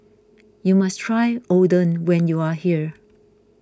you must try Oden when you are here